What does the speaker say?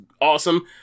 awesome